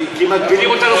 כי מגבילים אותנו,